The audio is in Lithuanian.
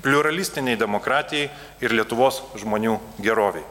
pliuralistinei demokratijai ir lietuvos žmonių gerovei